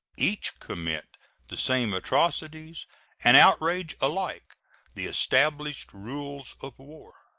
each commit the same atrocities and outrage alike the established rules of war.